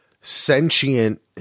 sentient